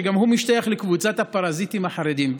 שגם הוא משתייך לקבוצת הפרזיטים החרדים,